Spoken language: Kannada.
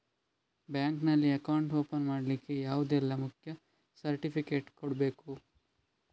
ಬ್ಯಾಂಕ್ ನಲ್ಲಿ ಅಕೌಂಟ್ ಓಪನ್ ಮಾಡ್ಲಿಕ್ಕೆ ಯಾವುದೆಲ್ಲ ಮುಖ್ಯ ಸರ್ಟಿಫಿಕೇಟ್ ಕೊಡ್ಬೇಕು?